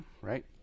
Right